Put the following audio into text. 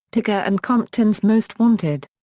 tyga and compton's most wanted.